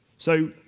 so,